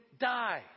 die